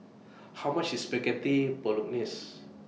How much IS Spaghetti Bolognese